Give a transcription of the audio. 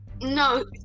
no